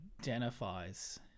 identifies